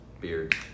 beard